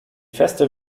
feste